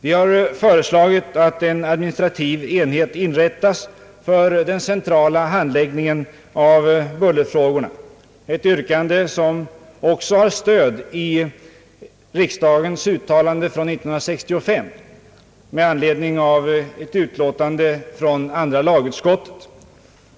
Vi har föreslagit att en administrativ enhet inom naturvårdsverket inrättas för den centrala handläggningen av bullerfrågorna, ett yrkande som också har stöd i riksdagens uttalande från 1965 med anledning av ett utlåtande från andra lagutskottet.